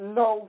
no